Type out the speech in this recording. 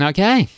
Okay